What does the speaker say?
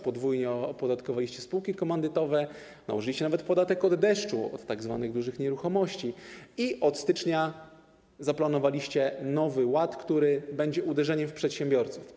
Podwójnie opodatkowaliście spółki komandytowe, nałożyliście nawet podatek od deszczu, od tzw. dużych nieruchomości i od stycznia zaplanowaliście Nowy Ład, który będzie uderzeniem w przedsiębiorców.